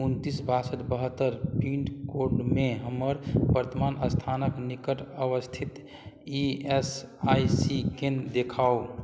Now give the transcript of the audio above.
उनतिस बासठि बहत्तरि पिनकोडमे हमर वर्तमान अस्थानके निकट अवस्थित ई एस आइ सी केन्द्र देखाउ